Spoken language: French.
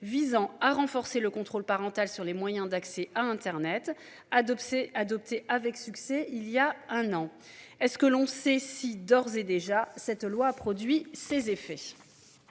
visant à renforcer le contrôle parental sur les moyens d'accès à Internet adopté adopté avec succès il y a un an, est ce que l'on sait si d'ores et déjà, cette loi a produit ses effets.